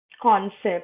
concept